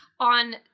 On